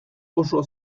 oso